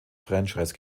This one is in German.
franchise